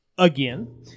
Again